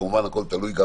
כמובן, הכול תלוי גם